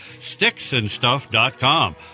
Sticksandstuff.com